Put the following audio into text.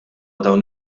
dawn